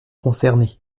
concerné